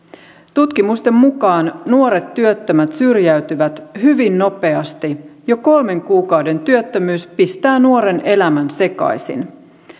tutkimusten mukaan nuoret työttömät syrjäytyvät hyvin nopeasti jo kolmen kuukauden työttömyys pistää nuoren elämän sekaisin